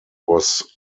was